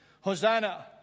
Hosanna